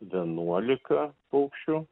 vienuolika paukščių